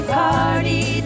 party